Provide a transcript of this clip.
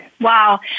Wow